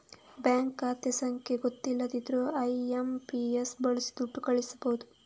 bank ಖಾತೆ ಸಂಖ್ಯೆ ಗೊತ್ತಿಲ್ದಿದ್ರೂ ಐ.ಎಂ.ಪಿ.ಎಸ್ ಬಳಸಿ ದುಡ್ಡು ಕಳಿಸ್ಬಹುದು